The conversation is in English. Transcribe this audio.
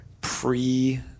pre